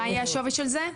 מה היה השווי של זה?